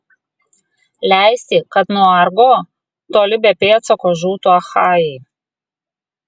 leisti kad nuo argo toli be pėdsako žūtų achajai